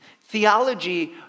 Theology